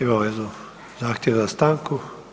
Imamo jedan zahtjev za stanku.